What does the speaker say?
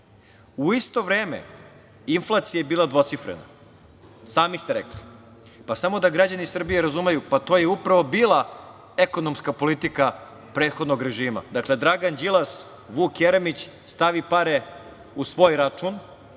U isto vreme inflacija je bila dvocifrena. Sami ste rekli. Samo da građani Srbije razumeju, pa to je upravo bila ekonomska politika prethodnog režima. Dakle, Dragan Đilas, Vuk Jeremić, stavi pare na svoj račun